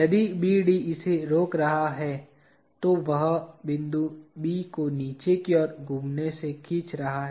यदि BD इसे रोक रहा है तो वह बिंदु B को नीचे की ओर घूमने से खींच रहा है